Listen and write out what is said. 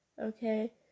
Okay